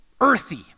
earthy